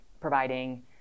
providing